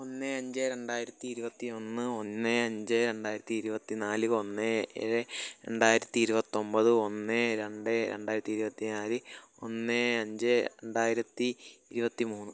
ഒന്ന് അഞ്ച് രണ്ടായിരത്തി ഇരുവത്തിയൊന്ന് ഒന്ന് അഞ്ച് രണ്ടായിരത്തി ഇരുപത്തി നാല് ഒന്ന് ഏഴ് രണ്ടായിരത്തി ഇരുപത്തി ഒൻപത് ഒന്ന് രണ്ട് രണ്ടായിരത്തി ഇരുപത്തിനാല് ഒന്ന് അഞ്ച് രണ്ടായിരത്തി ഇരുപത്തി മൂന്ന്